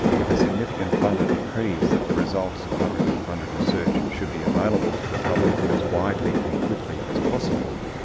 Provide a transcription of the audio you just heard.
if a significant funder decrees that the results of publicly funded research should be available to the public as widely and quickly as possible,